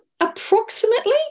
approximately